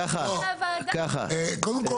קודם כל,